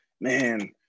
Man